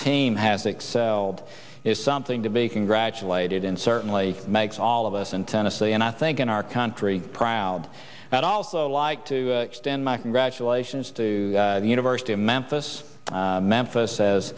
team has excelled is something to be congratulated and certainly makes all of us in tennessee and i think in our country proud and also like to extend my congratulations to the university of memphis memphis